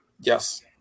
Yes